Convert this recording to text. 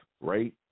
right